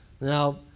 Now